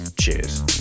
Cheers